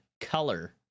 color